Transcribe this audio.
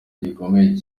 gikomeye